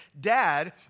dad